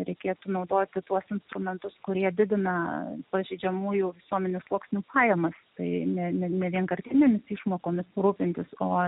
reikėtų naudoti tuos instrumentus kurie didina pažeidžiamųjų visuomenės sluoksnių pajamas tai ne ne ne vienkartinėmis išmokomis rūpintis o